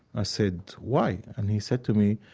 i said, why. and he said to me,